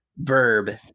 verb